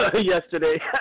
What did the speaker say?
yesterday